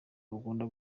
bukunda